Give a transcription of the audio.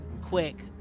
Quick